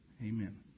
Amen